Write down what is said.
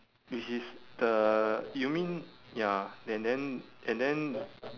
which is the you mean ya and then and then